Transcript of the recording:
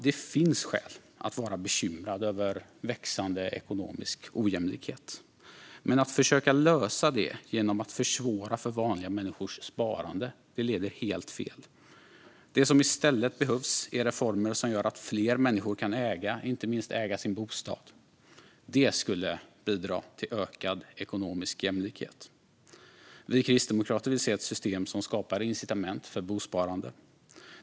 Det finns skäl att vara bekymrad över växande ekonomisk ojämlikhet, men att försöka lösa detta genom att försvåra för vanliga människors sparande leder helt fel. Det som i stället behövs är reformer som gör att fler människor kan äga och inte minst att de kan äga sin bostad. Det skulle bidra till ökad ekonomisk jämlikhet. Vi kristdemokrater vill se ett system som skapar incitament till bosparande.